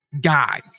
guy